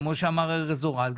כמו שאמר ארז אורעד,